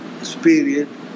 experience